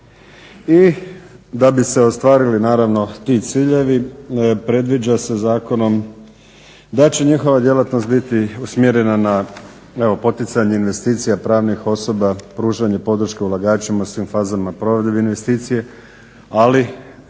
I da bi se ostvarili naravno ti ciljevi predviđa se zakonom da će njihova djelatnost biti usmjerena na evo poticanje investicija pravnih osoba, pružanje podrške ulagačima u svim fazama provedbe investicije, ali